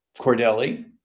Cordelli